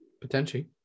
potentially